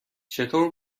چطور